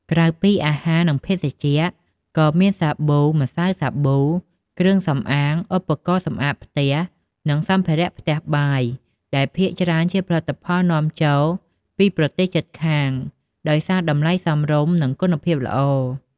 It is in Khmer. ក្រៅពីអាហារ និងភេសជ្ជៈក៏មាន សាប៊ូ ម្សៅសាប៊ូ គ្រឿងសម្អាង ឧបករណ៍សម្អាតផ្ទះ និងសម្ភារៈផ្ទះបាយ ដែលភាគច្រើនជាផលិតផលនាំចូលពីប្រទេសជិតខាង ដោយសារតម្លៃសមរម្យ និងគុណភាពល្អ។